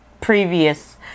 previous